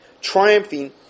triumphing